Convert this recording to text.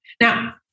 Now